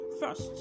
First